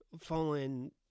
fallen